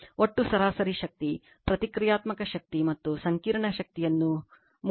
ಒಟ್ಟು ಸರಾಸರಿ ಶಕ್ತಿ ಪ್ರತಿಕ್ರಿಯಾತ್ಮಕ ಶಕ್ತಿ ಮತ್ತು ಸಂಕೀರ್ಣ ಶಕ್ತಿಯನ್ನು ಮೂಲದಲ್ಲಿ ಮತ್ತು ಲೋಡ್ನಲ್ಲಿ ನಿರ್ಧರಿಸಬೇಕು